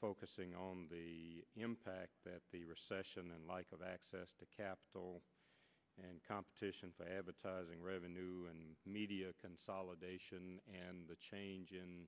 focusing on the impact that the recession and like of access to capital and competition for advertising revenue and media consolidation and the change in